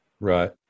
Right